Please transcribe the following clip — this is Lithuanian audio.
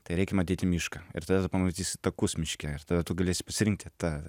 tai reikia matyti mišką ir tada tu pamatysi takus miške ir tada tu galėsi pasirinkti tą